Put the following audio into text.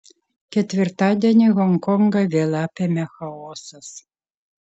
ketvirtadienį honkongą vėl apėmė chaosas